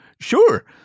Sure